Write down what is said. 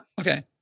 Okay